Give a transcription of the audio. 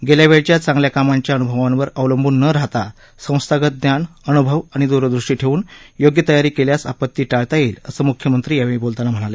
गेल्या वेळच्या चांगल्या कामांच्या अन्भवांवर अवलंबुन न राहता संस्थागत ज्ञान अनुभव आणि दरदृष्टी ठेवून योग्य तयारी केल्यास आपती टाळता येईल असं ही म्ख्यमंत्री यावेळी बोलतांना म्हणाले